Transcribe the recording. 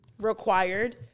required